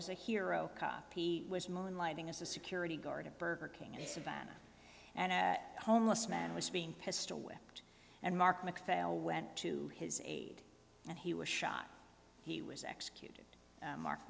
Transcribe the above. was a hero cop he was moonlighting as a security guard at burger king in savannah and a homeless man was being pistol whipped and mark macphail went to his aid and he was shot he was executed mark